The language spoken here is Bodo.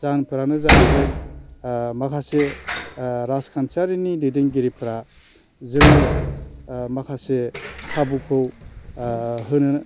जाहोनफोरानो जाहैबाय माखासे राजखानथियारिनि दैदेनगिरिफोरा जोंनो माखासे खाबुखौ होनो